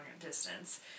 distance